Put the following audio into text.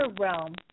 realm